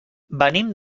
venim